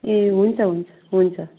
ए हुन्छ हुन्छ हुन्छ